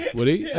Woody